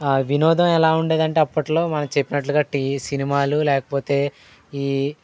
వినోదం ఎలా ఉండేదంటే అప్పట్లో మనం చెప్పినట్లుగా టివి సినిమాలు లేకపోతే ఈ